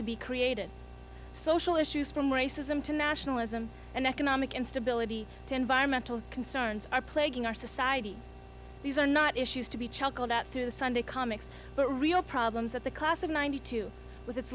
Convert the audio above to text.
to be created social issues from racism to nationalism and economic instability to environmental concerns are plaguing our society these are not issues to be chuckled at through the sunday comics but real problems that the class of ninety two w